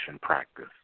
practice